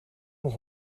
nog